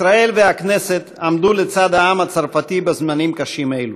ישראל והכנסת עמדו לצד העם הצרפתי בזמנים קשים אלו.